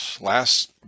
last